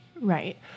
Right